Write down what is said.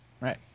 Right